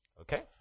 Okay